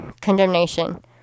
condemnation